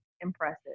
impressive